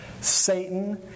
Satan